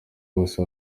bose